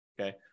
okay